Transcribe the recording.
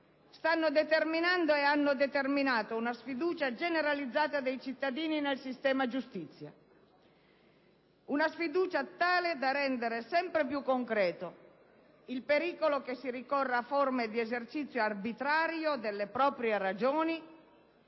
stanno determinando e hanno determinato una sfiducia generalizzata dei cittadini nel sistema giustizia, una sfiducia tale da rendere sempre più concreto il pericolo che si ricorra a forme di esercizio arbitrario delle proprie ragioni